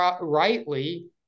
rightly